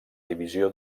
divisió